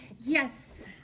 Yes